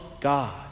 God